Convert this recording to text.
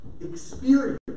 experience